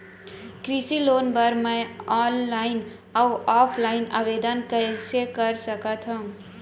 कृषि लोन बर मैं ऑनलाइन अऊ ऑफलाइन आवेदन कइसे कर सकथव?